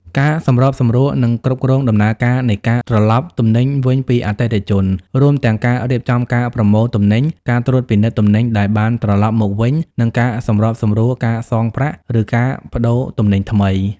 ការសម្របសម្រួល និងគ្រប់គ្រងដំណើរការនៃការត្រឡប់ទំនិញវិញពីអតិថិជន រួមទាំងការរៀបចំការប្រមូលទំនិញ ការត្រួតពិនិត្យទំនិញដែលបានត្រឡប់មកវិញ និងការសម្របសម្រួលការសងប្រាក់ ឬការប្តូរទំនិញថ្មី។